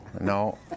No